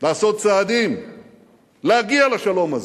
לעשות צעדים להגיע לשלום הזה,